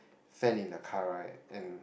fan in the car right and